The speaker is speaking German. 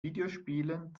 videospielen